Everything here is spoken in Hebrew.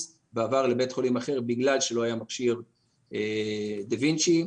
ועבר לבית חולים אחר בגלל שלא היה מכשיר דה וינצ’י,